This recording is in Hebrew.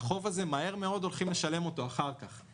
החוב הזה מהר מאוד הולכים לשלם אותו אחר כך.